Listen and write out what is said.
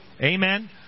Amen